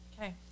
okay